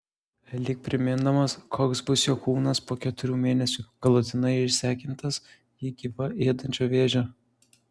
lyg primindamas koks bus jo kūnas po keturių mėnesių galutinai išsekintas jį gyvą ėdančio vėžio